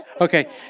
Okay